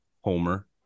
Homer